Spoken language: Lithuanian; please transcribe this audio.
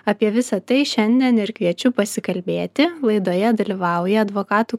apie visa tai šiandien ir kviečiu pasikalbėti laidoje dalyvauja advokatų